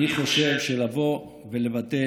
אני חושב שלבוא ולבטל,